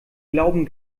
glauben